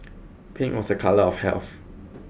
pink was a colour of health